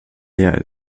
leer